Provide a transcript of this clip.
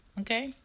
okay